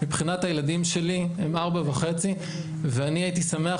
מבחינת הילדים שלי הם 16:30. ואני הייתי שמח,